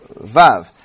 Vav